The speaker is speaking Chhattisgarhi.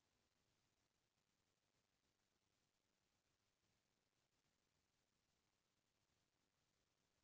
कोना कोनो बन ह फसल ल फायदा घलौ पहुँचाथे फेर अधिकतर बन ह नुकसानेच करथे